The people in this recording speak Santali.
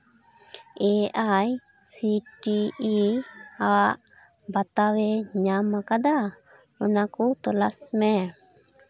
A I C T E ᱟᱜ ᱵᱟᱛᱟᱣᱮ ᱧᱟᱢ ᱠᱟᱫᱟ ᱚᱱᱟ ᱠᱚ ᱛᱚᱞᱟᱥ ᱢᱮ